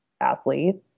athlete